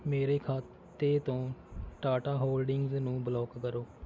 ਮੇਰੇ ਖਾਤੇ ਤੋਂ ਟਾਟਾ ਹੋਲਡਿੰਗਜ਼ ਨੂੰ ਬਲੌਕ ਕਰੋ